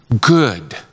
good